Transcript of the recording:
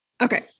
Okay